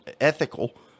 ethical